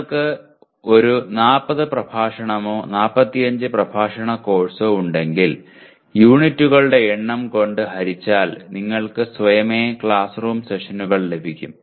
നിങ്ങൾക്ക് ഒരു 40 പ്രഭാഷണമോ 45 പ്രഭാഷണ കോഴ്സോ ഉണ്ടെങ്കിൽ യൂണിറ്റുകളുടെ എണ്ണം കൊണ്ട് ഹരിച്ചാൽ നിങ്ങൾക്ക് സ്വയമേവ ക്ലാസ് റൂം സെഷനുകൾ ലഭിക്കും